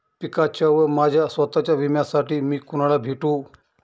पिकाच्या व माझ्या स्वत:च्या विम्यासाठी मी कुणाला भेटू?